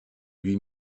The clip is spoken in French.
lui